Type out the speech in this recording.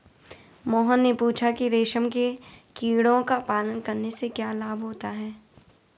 मोहन ने पूछा कि रेशम के कीड़ों का पालन करने से क्या लाभ होता है?